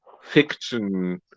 fiction